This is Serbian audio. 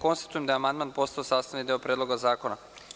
Konstatujem da je amandman postao sastavni deo Predloga zakona.